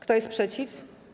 Kto jest przeciw?